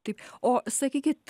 taip o sakykit